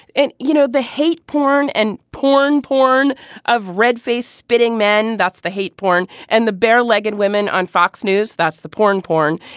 and you know the hate porn and porn porn of red faced spitting men. that's the hate porn and the bare legged women on fox news. that's the porn porn.